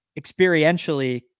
experientially